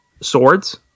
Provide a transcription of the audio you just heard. swords